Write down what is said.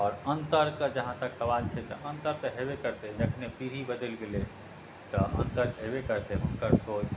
आओर अन्तरके जहाँ तक सवाल छै तऽ अन्तर तऽ हेबे करतै जखनहि पीढ़ी बदलि गेलै तऽ अन्तर हेबे करतै हुनकर सोच